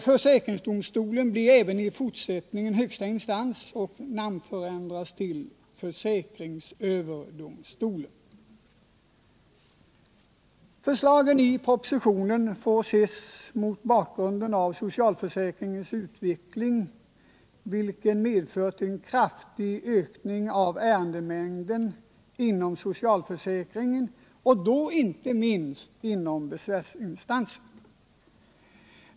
Försäkringsdomstolen blir även i fortsättningen högsta instans och namnförändras till försäkringsöverdomstolen. Förslagen i propositionen får ses mot bakgrunden av socialförsäkringens utveckling, vilken medfört en kraftig ökning av ärendemängden inom socialförsäkringen och då inte minst inom besvärsinstansen.